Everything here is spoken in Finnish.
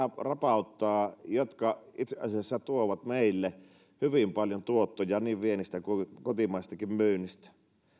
rapauttavat näilläkin sektoreilla jotka itse asiassa tuovat meille hyvin paljon tuottoja niin viennistä kuin kotimaisestakin myynnistä